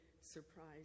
surprise